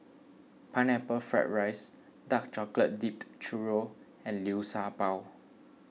Pineapple Fried Rice Dark Chocolate Dipped Churro and Liu Sha Bao